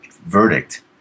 verdict